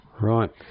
right